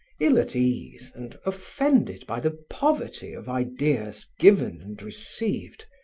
ill at ease and offended by the poverty of ideas given and received,